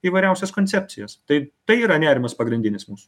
įvairiausias koncepcijas tai tai yra nerimas pagrindinis mūsų